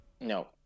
No